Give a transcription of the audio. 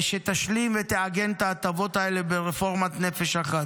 שתשלים ותעגן את ההטבות האלה ברפורמת נפש אחת.